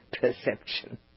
perception